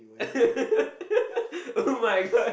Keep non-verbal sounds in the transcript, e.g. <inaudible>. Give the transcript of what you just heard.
<laughs> [oh]-my-god